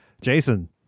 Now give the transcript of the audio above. jason